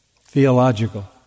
theological